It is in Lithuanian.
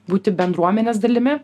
būti bendruomenės dalimi